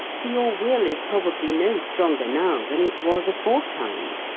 for your will is probably no stronger now than it was aforetime.